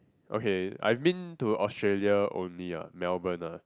okay I've been to Australia only ah Melbourne ah